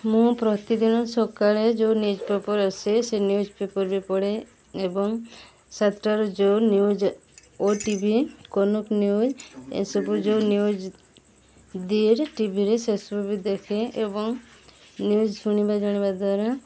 ମୁଁ ପ୍ରତିଦିନ ସକାଳେ ଯେଉଁ ନ୍ୟୁଜ୍ ପେପର୍ ଆସେ ସେ ନ୍ୟୁଜ୍ ପେପର୍ବି ପଢ଼େ ଏବଂ ସାତଠାରୁ ଯେଉଁ news O T V Kanak news ଏସବୁ ଯେଉଁ ନ୍ୟୁଜ୍ ଦିଏ ଯେ ଟିଭିରେ ସେସବୁ ବି ଦେଖେ ଏବଂ ନ୍ୟୁଜ୍ ଶୁଣିବା ଜାଣିବା ଦ୍ୱାରା